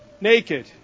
Naked